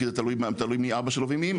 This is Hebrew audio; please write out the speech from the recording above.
כי זה תלוי מי אבא שלו ומי אמא שלו.